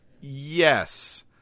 yes